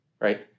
right